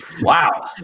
Wow